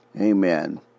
Amen